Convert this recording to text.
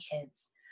kids